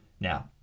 Now